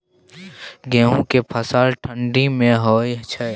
गेहूं के फसल ठंडी मे होय छै?